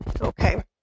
okay